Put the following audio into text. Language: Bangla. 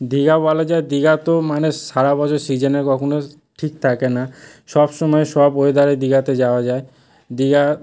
দীঘা বলা যায় দীঘা তো মানে সারা বছর সিজনে কখনও ঠিক থাকে না সবসময় সব ওয়েদারে দীঘাতে যাওয়া যায় দীঘা